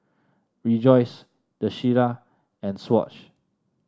Rejoice The Shilla and Swatch